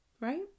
right